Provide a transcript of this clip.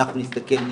נסתכל,